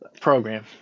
program